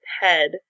head